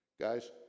Guys